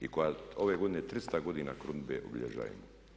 I koja ove godine 300 godina krunidbe obilježava.